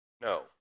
No